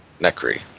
Nekri